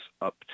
up